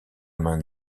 main